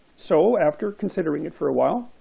so, after considering it for a while,